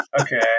Okay